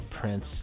Prince